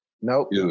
Nope